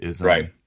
Right